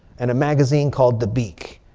and a magazine called dabiq.